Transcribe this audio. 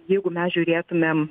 jeigu mes žiūrėtumėm